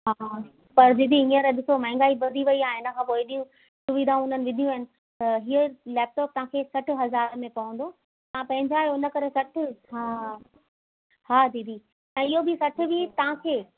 हा पर दीदी हींअर ॾिसो महांगाई वधी वई आहे इन खां पोइ एॾियूं सुविधाऊं हुननि विधियूं आहिनि त हीउ लैपटॉप तव्हांखे सठ हज़ार में पवंदो तव्हां पंहिंजा आहियो इन करे सठि हा हा दीदी त इहो बि सठि बि तव्हांखे